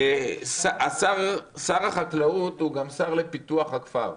שר החקלאות הוא גם השר לפיתוח הכפר.